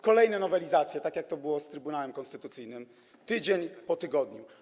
Kolejne nowelizacje, tak jak to było z Trybunałem Konstytucyjnym, tydzień po tygodniu.